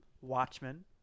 Watchmen